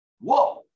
Whoa